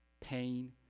pain